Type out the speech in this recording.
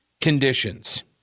conditions